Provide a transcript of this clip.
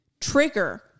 trigger